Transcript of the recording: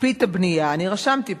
להקפיא את הבנייה, אני רשמתי פשוט,